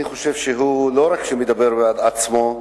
אני חושב שהוא לא רק מדבר בעד עצמו,